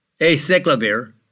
acyclovir